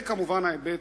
וכמובן ההיבט